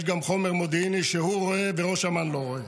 יש גם חומר מודיעיני שהוא רואה וראש אמ"ן לא רואה.